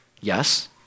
Yes